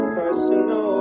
personal